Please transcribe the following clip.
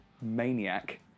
maniac